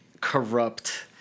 corrupt